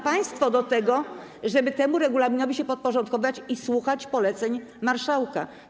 Państwo są zobowiązani do tego, żeby temu regulaminowi się podporządkować i słuchać poleceń marszałka.